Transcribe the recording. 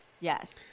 Yes